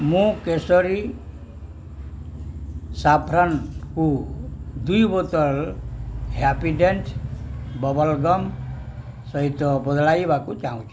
ମୁଁ କେସରୀ ସାଫ୍ରନ୍କୁ ଦୁଇ ବୋତଲ ହ୍ୟାପିଡେଣ୍ଟ ବବଲ୍ ଗମ୍ ସହିତ ବଦଳାଇବାକୁ ଚାହୁଁଛି